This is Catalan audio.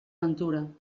ventura